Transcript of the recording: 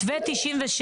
מתווה